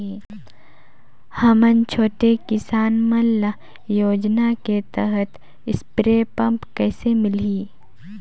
हमन छोटे किसान मन ल योजना के तहत स्प्रे पम्प कइसे मिलही?